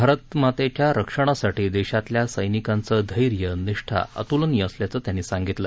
भारत मातेच्या रक्षणासाठी देशातल्या सैनिकांचे धेर्य निष्ठा अतुलनीय असल्याचं त्यांनी सांगितलं